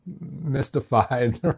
mystified